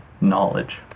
knowledge